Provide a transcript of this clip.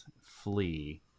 flee